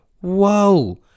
Whoa